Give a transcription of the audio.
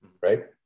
right